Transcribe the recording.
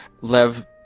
Lev